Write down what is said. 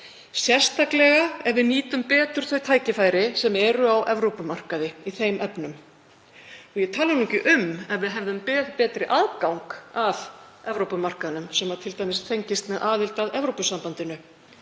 sérstaklega ef við nýtum betur þau tækifæri sem eru á Evrópumarkaði í þeim efnum. Ég tala nú ekki um ef við hefðum betri aðgang að Evrópumarkaðnum sem t.d. fengist með aðild að Evrópusambandinu.